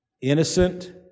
Innocent